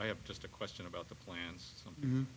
i have just a question about the plans